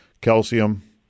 calcium